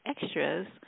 extras